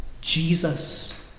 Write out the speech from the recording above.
Jesus